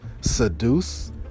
Seduce